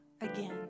Again